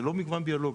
זה לא מגוון ביולוגי.